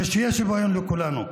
שיהיה שוויון לכולנו.